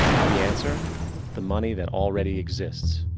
the answer the money that already exists.